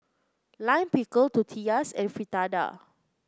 Lime Pickle Tortillas and Fritada